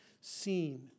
seen